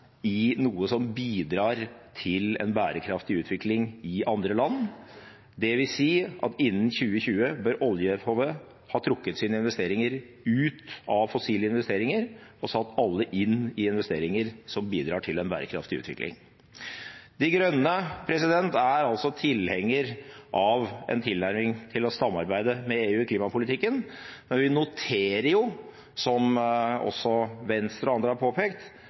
i noe som bidrar til en bærekraftig utvikling i andre land. Det vil si at innen 2020 bør oljefondet ha trukket sine investeringer ut av fossile investeringer og satt alle inn i investeringer som bidrar til en bærekraftig utvikling. De Grønne er altså tilhenger av en tilnærming til å samarbeide med EU i klimapolitikken, men vi noterer jo, som også Venstre og andre har påpekt,